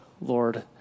Lord